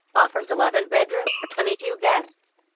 offers eleven bedrooms for twenty two guests.